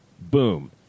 boom